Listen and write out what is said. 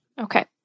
Okay